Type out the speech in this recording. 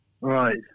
Right